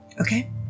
Okay